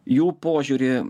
jų požiūrį